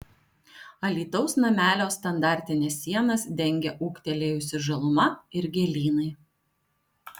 alytaus namelio standartines sienas dengia ūgtelėjusi žaluma ir gėlynai